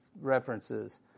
references